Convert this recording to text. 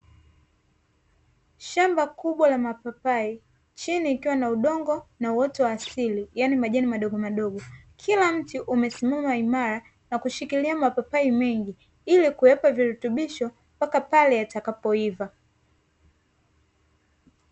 Shamba kubwa la mapapai, chini likiwa na udongo na uoto wa asili yani majani madogomadogo. Kila mche umesimama imara na kushikilia mamapai mengi, ili kuyapa virutubisho mpaka pale yatakapoiva.